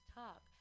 talk